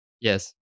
yes